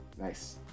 Nice